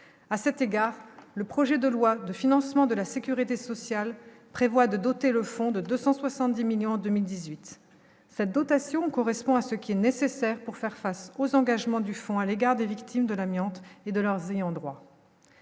à cet égard, le projet de loi de financement de la Sécurité sociale prévoit de doter le fonds de 270 millions en 2018 sa dotation correspond à ce qui est nécessaire pour faire face aux engagements du fond à l'égard des victimes de l'amiante et de leurs ayants droit,